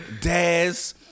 Daz